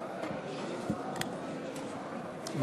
תודה,